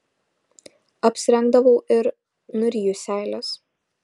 apsirengdavau ir nuryju seiles